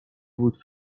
بود